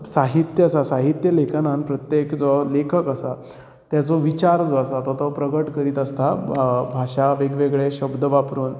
साहित्य साहित्य लेखनान प्रत्येक जो लेखक आसा तेजो विचार जो आसा तो प्रकट करीत आसता भाशा वेगवेगळे शब्द वापरून